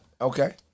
Okay